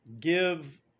give